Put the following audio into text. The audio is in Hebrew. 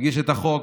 שהגיש את החוק,